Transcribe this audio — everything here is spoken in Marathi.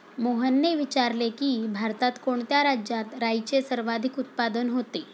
मोहनने विचारले की, भारतात कोणत्या राज्यात राईचे सर्वाधिक उत्पादन होते?